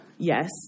Yes